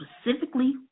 specifically